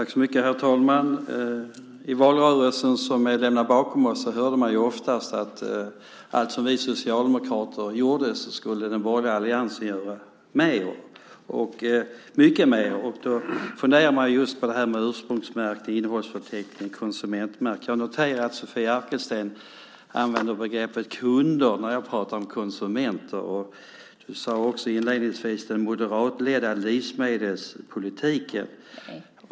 Herr talman! I den valrörelse som vi lämnat bakom oss hörde man ofta att allt vi socialdemokrater gjorde skulle den borgerliga alliansen göra mycket mer av. Då funderar man just på ursprungsmärkning, innehållsförteckning och konsumentmakt. Jag noterar att Sofia Arkelsten använder begreppet kunder när jag pratar om konsumenter. Du sade också inledningsvis den moderatledda livsmedelspolitiken.